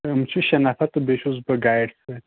یِم چھِ شیٚے نَفَر تہٕ بیٚیہٕ چھُس بہٕ گایِڈ سٟتۍ